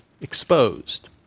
exposed